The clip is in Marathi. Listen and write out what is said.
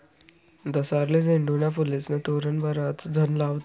दसराले झेंडूना फुलेस्नं तोरण बराच जण लावतस